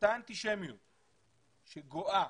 שאותה אנטישמיות שגואה,